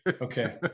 Okay